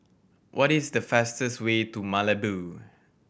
what is the fastest way to Malabo